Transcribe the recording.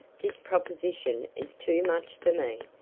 this proposition is too much for me.